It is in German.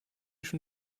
schon